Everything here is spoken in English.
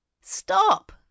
Stop